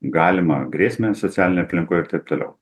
galimą grėsmę socialinėj aplinkoj ir taip toliau